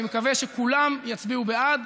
אני מקווה שכולם יצביעו בעד.